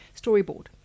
storyboard